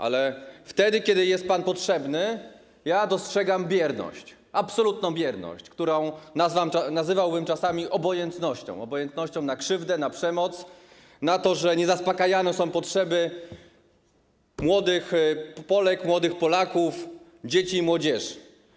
Ale kiedy jest pan potrzebny, dostrzegam bierność, absolutną bierność, którą czasami nazwałbym obojętnością - obojętnością na krzywdę, na przemoc, na to, że nie są zaspokajane potrzeby młodych Polek, młodych Polaków, dzieci i młodzieży.